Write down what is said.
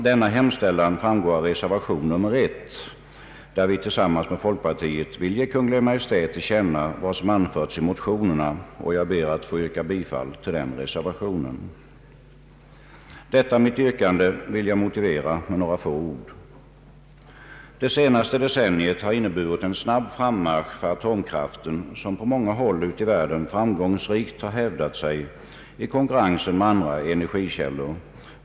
Denna hemställan framgår av reservation nr 1, där vi tillsammans med folkpartiet vill ge Kungl. Maj:t till känna vad som anförts i motionerna. Jag ber att få yrka bifall till denna reservation. Detta mitt yrkande vill jag motivera med några få ord. Det senaste decenniet har inneburit en snabb frammarsch för atomkraften, som på många håll ute i världen framgångsrikt har hävdat sig i konkurrensen med andra energikällor.